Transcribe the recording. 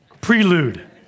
prelude